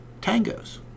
tangos